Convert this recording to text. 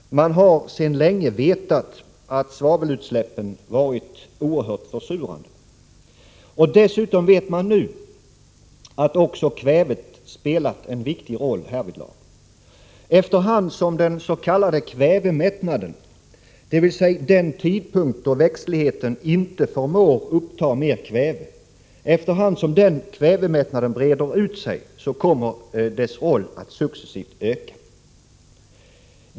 Man har sedan länge vetat att svavelutsläppen varit oerhört försurande. Dessutom vet man nu att också kvävet spelar en viktig roll härvidlag. Efter hand som den s.k. kvävemättnaden, dvs. den tidpunkt då växtligheten inte förmår uppta mer kväve, breder ut sig, kommer dess roll att successivt öka.